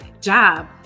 job